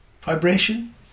vibration